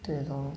对 lor